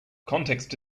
context